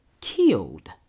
killed